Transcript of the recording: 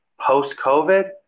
post-covid